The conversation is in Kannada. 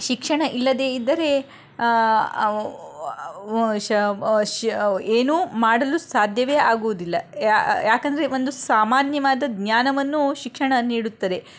ಶಿಕ್ಷಣ ಇಲ್ಲದೇ ಇದ್ದರೆ ಏನೂ ಮಾಡಲು ಸಾಧ್ಯವೇ ಆಗುವುದಿಲ್ಲ ಯಾಕಂದರೆ ಒಂದು ಸಾಮಾನ್ಯವಾದ ಜ್ಞಾನವನ್ನು ಶಿಕ್ಷಣ ನೀಡುತ್ತದೆ